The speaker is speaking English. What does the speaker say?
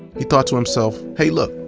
he thought to himself, hey, look,